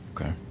Okay